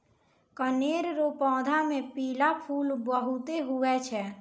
कनेर रो पौधा मे पीला फूल बहुते हुवै छै